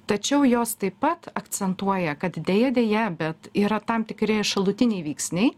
tačiau jos taip pat akcentuoja kad deja deja bet yra tam tikri šalutiniai veiksniai